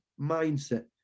mindset